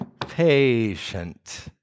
patient